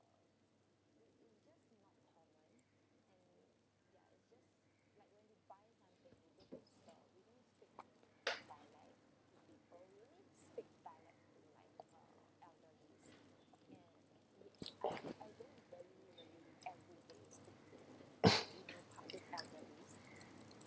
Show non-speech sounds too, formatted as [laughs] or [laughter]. [laughs]